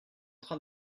train